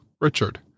Richard